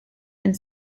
and